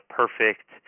perfect